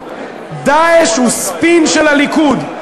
"דאעש" הוא ספין של הליכוד,